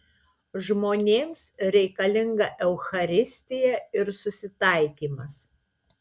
žmonėms reikalinga eucharistija ir susitaikymas